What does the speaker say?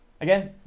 Again